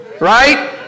right